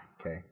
okay